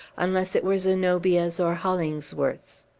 unless it were zenobia's or hollingsworth's.